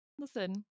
Listen